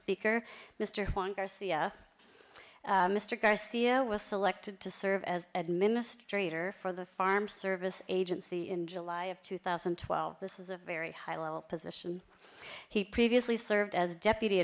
speaker mr garcia mr garcia was selected to serve as administrator for the farm service agency in july of two thousand and twelve this is a very high level position he previously served as deputy